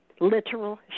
literal